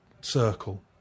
circle